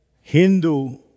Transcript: Hindu